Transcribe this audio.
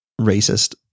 racist